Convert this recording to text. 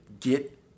Get